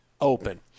open